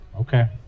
Okay